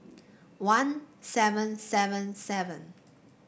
one seven seven seven